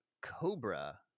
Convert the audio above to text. Cobra